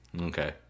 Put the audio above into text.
Okay